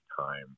time